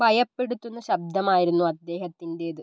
ഭയപ്പെടുത്തുന്ന ശബ്ദമായിരുന്നു അദ്ദേഹത്തിന്റേത്